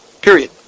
Period